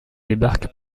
débarque